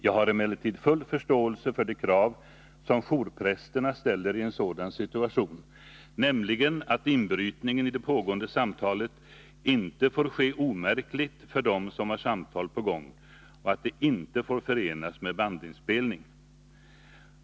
Jag har emellertid full förståelse för de krav som jourprästerna ställer i en sådan situation, nämligen att inbrytningen i det pågående samtalet inte får ske omärkligt för dem som har samtal i gång och att det inte får förenas med bandinspelning.